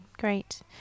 Great